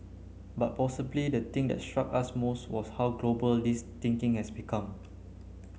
but possibly the thing that struck us most was how global this thinking has become